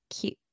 cute